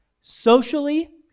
Socially